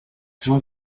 j’en